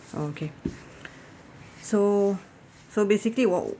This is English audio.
okay so so basically what